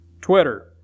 Twitter